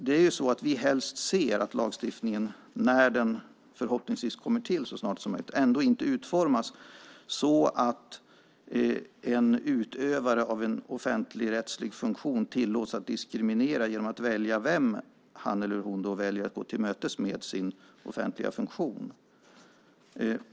Det är så att vi helst ser att lagstiftningen, när den förhoppningsvis kommer till så snart som möjligt, ändå inte utformas så att en utövare av en offentligrättslig funktion tillåts diskriminera genom att välja vem han eller hon väljer att gå till mötes med sin offentliga funktion.